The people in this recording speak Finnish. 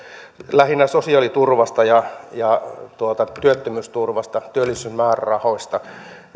lähinnä sosiaaliturvasta ja ja työttömyysturvasta työllisyysmäärärahoista